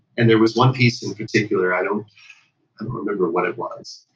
and there was one piece in particular. i don't and remember what it was,